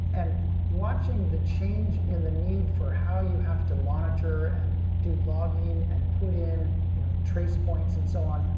and watching the change into the need for how you have to monitor, and do logging, and put in you know trace points and so on.